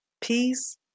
peace